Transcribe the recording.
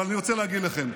אבל אני רוצה להגיד לכם,